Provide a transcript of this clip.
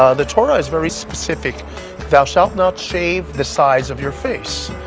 ah the torah is very specific thou shalt not shave the sides of your face.